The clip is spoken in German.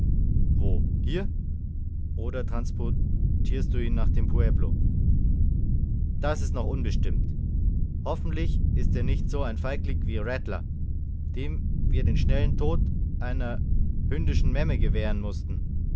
wo hier oder transportierst du ihn nach dem pueblo das ist noch unbestimmt hoffentlich ist er nicht so ein feigling wie rattler dem wir den schnellen tod einer hündischen memme gewähren mußten